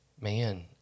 Man